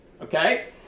okay